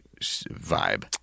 vibe